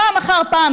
פעם אחר פעם,